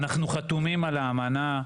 אנחנו חתומים על האמנה,